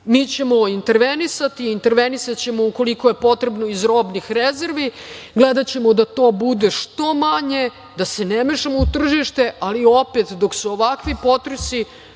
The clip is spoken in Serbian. mi ćemo intervenisati. Intervenisaćemo ukoliko je potrebno iz robnih rezervi, gledaćemo da to bude što manje, da se ne mešamo u tržište, ali opet, dok su ovakvi potresi,